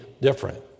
different